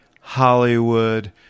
Hollywood